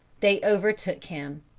they overtook him.